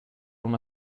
una